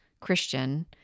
Christian